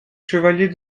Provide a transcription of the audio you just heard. chevalier